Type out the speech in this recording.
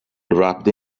wrapped